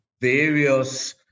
various